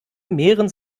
mehren